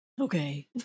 Okay